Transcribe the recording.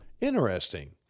Interesting